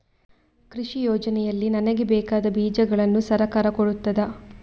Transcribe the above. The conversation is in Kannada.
ಕೃಷಿ ಯೋಜನೆಯಲ್ಲಿ ನನಗೆ ಬೇಕಾದ ಬೀಜಗಳನ್ನು ಸರಕಾರ ಕೊಡುತ್ತದಾ?